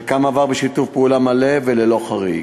חלקם עבר בשיתוף פעולה מלא וללא חריג.